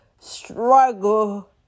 struggle